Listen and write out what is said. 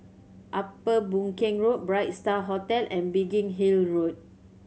Upper Boon Keng Road Bright Star Hotel and Biggin Hill Road